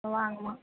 ஆ வாங்கம்மா